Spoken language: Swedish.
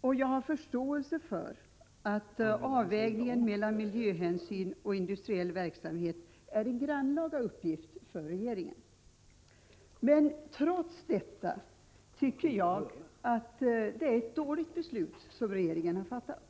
och jag har förståelse för att avvägningen mellan miljöhänsyn och industriell verksamhet är en grannlaga uppgift för regeringen. Trots detta tycker jag att det är ett dåligt beslut som regeringen har fattat.